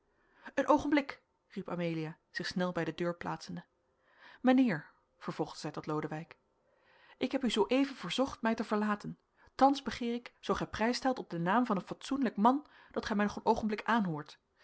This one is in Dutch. een oogenblik riep amelia zich snel bij de deur plaatsende mijnheer vervolgde zij tot lodewijk ik heb u zooeven verzocht mij te verlaten thans begeer ik zoo gij prijs stelt op den naam van een fatsoenlijk man dat gij mij nog een oogenblik aanhoort